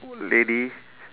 lady